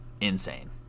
insane